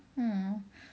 mm